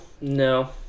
no